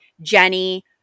Jenny